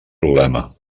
problema